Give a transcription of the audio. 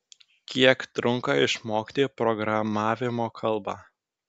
kiek trunka išmokti programavimo kalbą